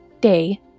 day